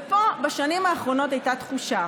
ופה בשנים האחרונות הייתה תחושה